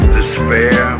Despair